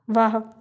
वाह